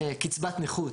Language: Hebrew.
קצבת נכות